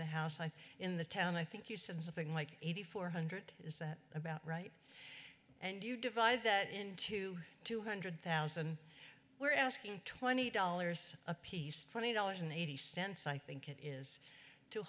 the house and in the town i think you said something like eighty four hundred is that about right and you divide that into two hundred thousand we're asking twenty dollars apiece twenty dollars and eighty cents i think it is to